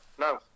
No